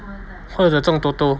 或者中 toto